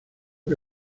que